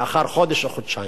לאחר חודש או חודשיים.